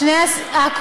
שני הסעיפים,